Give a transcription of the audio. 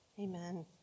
Amen